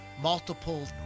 Multiple